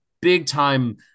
big-time